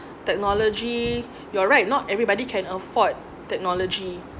technology you're right not everybody can afford technology